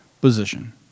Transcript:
position